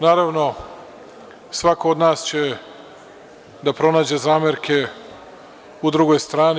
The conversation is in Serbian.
Naravno, svako od nas će da pronađe zamerke u drugoj strani.